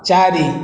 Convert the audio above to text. ଚାରି